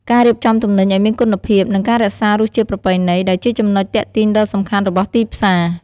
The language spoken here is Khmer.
ការរៀបចំទំនិញឱ្យមានគុណភាព និងការរក្សារសជាតិប្រពៃណី ដែលជាចំណុចទាក់ទាញដ៏សំខាន់របស់ទីផ្សារ។